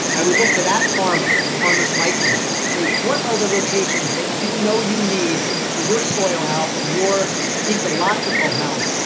i would look to that farmer and farmers like him say, what are the rotations that, you know, you need for your soil health and your ecological health?